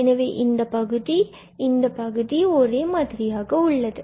எனவே இந்த பகுதி மற்றும் இந்த பகுதி ஆகியவை ஒரே மாதிரியாக உள்ளன